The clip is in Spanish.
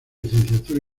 licenciatura